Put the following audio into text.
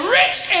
rich